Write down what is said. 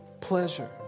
pleasure